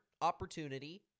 opportunity